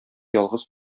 ялгыз